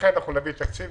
לכן אנחנו נביא תקציב,